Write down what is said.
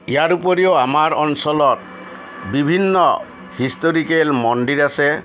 ইয়াৰ উপৰিও আমাৰ অঞ্চলত বিভিন্ন হিষ্টৰিকেল মন্দিৰ আছে